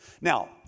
Now